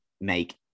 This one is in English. make